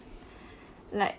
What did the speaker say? like